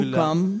come